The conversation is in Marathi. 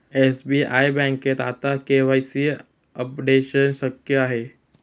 एस.बी.आई बँकेत आता के.वाय.सी अपडेशन शक्य आहे